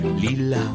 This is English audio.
Lila